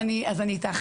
אז אני איתך,